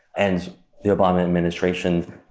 and the obama administration,